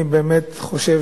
אני באמת חושב